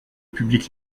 public